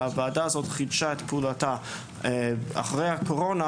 והוועדה הזאת חידשה את פעולתה אחרי הקורונה